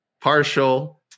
partial